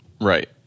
Right